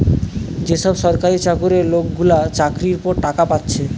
যে সব সরকারি চাকুরে লোকগুলা চাকরির পর টাকা পাচ্ছে